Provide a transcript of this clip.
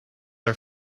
are